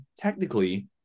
technically